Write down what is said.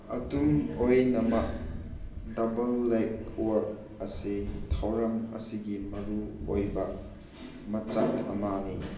ꯑꯗꯨꯝ ꯑꯣꯏꯅꯃꯛ ꯗꯕꯜ ꯂꯦꯛ ꯋꯥꯛ ꯑꯁꯤ ꯊꯧꯔꯝ ꯑꯁꯤꯒꯤ ꯃꯔꯨꯑꯣꯏꯕ ꯃꯆꯥꯛ ꯑꯃꯅꯤ